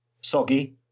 Soggy